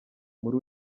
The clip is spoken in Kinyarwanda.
muri